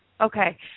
Okay